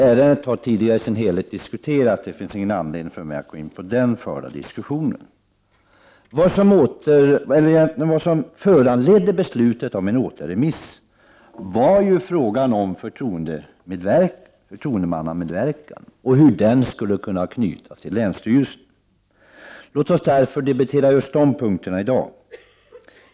Ärendet har i sin helhet tidigare diskuterats i kammaren, och det finns ingen anledning för mig att återuppta den förda diskussionen. Vad som föranledde beslutet om återremiss var frågan om hur förtroendemannamedverkan skall knytas till länsstyrel sen. Låt oss därför debattera just den punkten i dag.